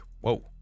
Whoa